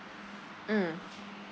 mm